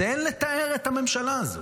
אין לתאר את הממשלה הזאת.